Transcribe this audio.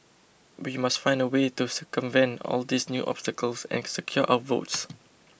we must find a way to circumvent all these new obstacles and secure our votes